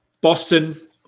Boston